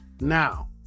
now